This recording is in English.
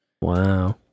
Wow